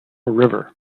river